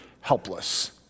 helpless